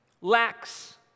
lacks